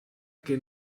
que